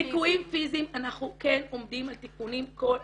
ליקויים פיזיים אנחנו כן עומדים על תיקונים כל הזמן.